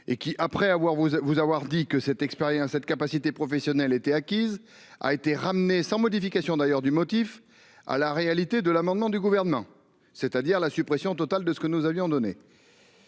dit que cette expérience, cette capacité professionnelle était acquise, a été ramené sans modification d'ailleurs du motif à la réalité de l'amendement du gouvernement, c'est-à-dire la suppression totale de ce que nous avions donné.